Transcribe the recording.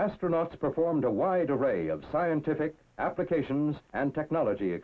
astronauts performed a wide array of scientific applications and technology